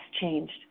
changed